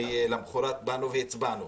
למחרת באנו והצבענו.